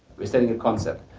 we're selling a concept.